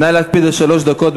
נא להקפיד על שלוש דקות,